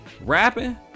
rapping